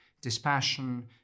dispassion